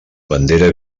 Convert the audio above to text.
bandera